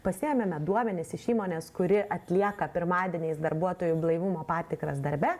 pasiėmėme duomenis iš įmonės kuri atlieka pirmadieniais darbuotojų blaivumo patikras darbe